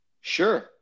Sure